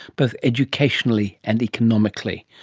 both educationally and economically.